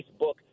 Facebook